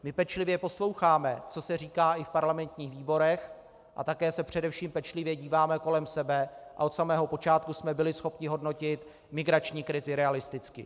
My pečlivě posloucháme, co se říká i v parlamentních výborech, a také se především pečlivě díváme kolem sebe a od samého počátku jsme byli schopni hodnotit migrační krizi realisticky.